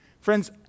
Friends